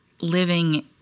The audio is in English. living